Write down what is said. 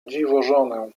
dziwożonę